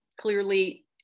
clearly